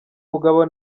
mugabo